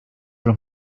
los